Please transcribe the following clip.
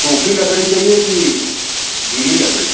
सूखी लकड़ी चाहिए कि गीली लकड़ी